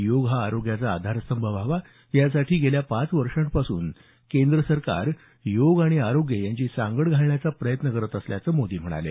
योग हा आरोग्याचा आधारस्तंभ व्हावा यासाठी गेल्या पाच वर्षांपासून केंद्र सरकार योग आणि आरोग्य यांची सांगड घालण्याचा प्रयत्न करत असल्याचं मोदी म्हणाले